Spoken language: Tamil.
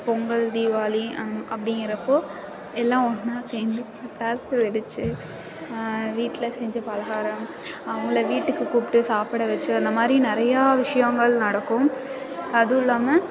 பொங்கல் தீபாவளி அப்படிங்கிறப்போ எல்லாம் ஒன்னாக சேர்ந்து பட்டாசு வெடித்து வீட்டில் செஞ்ச பலகாரம் அவங்கள வீட்டுக்கு கூப்பிட்டு சாப்பிட வச்சு அந்த மாதிரி நிறையா விஷயங்கள் நடக்கும் அதுவும் இல்லாமல்